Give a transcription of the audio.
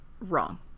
wrong